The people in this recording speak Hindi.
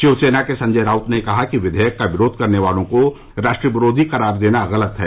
शिवसेना के संजय राउत ने कहा कि विधेयक का विरोध करने वालों को राष्ट्रविरोधी करार देना गलत है